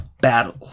...battle